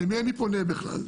למי אני פונה בכלל?